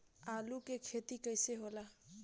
आलू के खेती कैसे होला?